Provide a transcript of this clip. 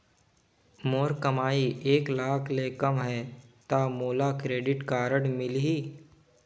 मोर कमाई एक लाख ले कम है ता मोला क्रेडिट कारड मिल ही?